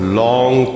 long